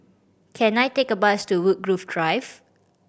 can I take a bus to Woodgrove Drive